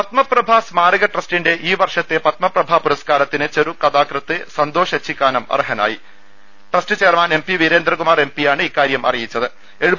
പത്മപ്രഭാ സ്മാരക ട്രസ്റ്റിന്റെ ്വർഷത്തെ പത്മപ്രഭാ പുര സ്കാരത്തിന് ചെറുകഥാകൃത്ത് സ്ന്തോഷ് എച്ചിക്കാനം അർഹ നായെന്ന് trust chairman M P Veerendrakumar M P കല്പ റ്റയിൽ അറിയിച്ചു